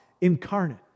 incarnate